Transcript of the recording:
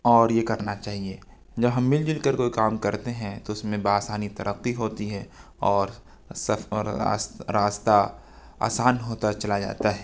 اور یہ کرنا چاہیے جب ہم مل جل کر کوئی کام کرتے ہیں تو اس میں بآسانی ترقی ہوتی ہے اور راستہ آسان ہوتا چلا جاتا ہے